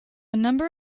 number